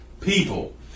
people